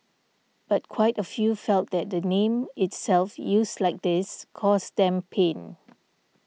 but quite a few felt that the name itself used like this caused them pain